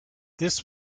this